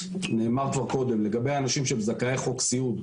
נאמר פה קודם לגבי אנשים שהם זכאי חוק סיעוד,